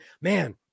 man